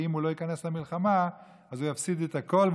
ואם הוא לא ייכנס למלחמה אז הוא יפסיד את הכול.